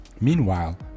Meanwhile